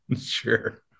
sure